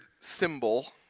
symbol